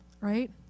right